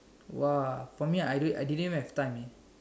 !wah! for me I don't I didn't even have time eh